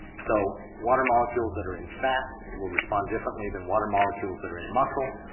so water molecules that are in fat will respond differently than water molecules that are in in muscle,